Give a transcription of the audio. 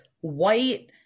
white